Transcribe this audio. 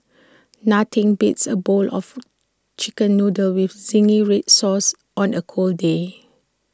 nothing beats A bowl of Chicken Noodles with Zingy Red Sauce on A cold day